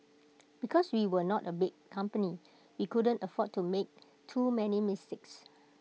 because we were not A big company we couldn't afford to make too many mistakes